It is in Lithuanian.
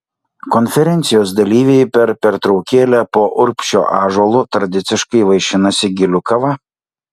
konferencijos dalyviai per pertraukėlę po urbšio ąžuolu tradiciškai vaišinasi gilių kava